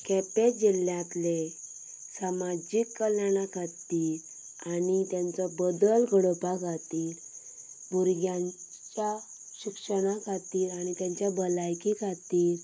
केपें जिल्ल्यांतल्या सामाजीक कल्याणा खातीर आनी तांचो बदल घडोवपा खातीर भुरग्यांच्या शिक्षणा खातीर आनी तांच्या भलायकी खातीर